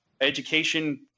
education